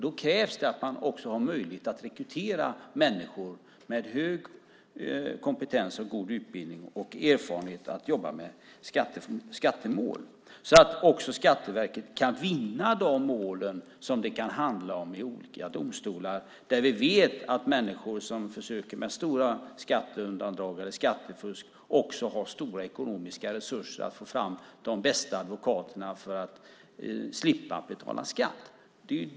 De måste ha möjligheter att rekrytera människor med hög kompetens samt god utbildning och erfarenhet av att jobba med skattemål. Det krävs för att Skatteverket ska kunna vinna de mål som det kan handla om i olika domstolar. Vi vet nämligen att de människor som försöker undandra sig stora summor skatt, och skattefuskar, också har stora ekonomiska resurser och kan anställa de bästa advokaterna för att slippa betala skatt.